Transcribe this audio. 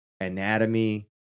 anatomy